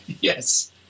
Yes